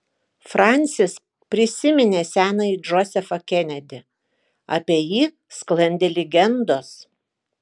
fransis prisiminė senąjį džozefą kenedį apie jį sklandė legendos